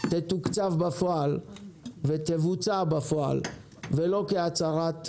תתוקצב בפועל ותבוצע בפועל ולא כהצהרת כוונות.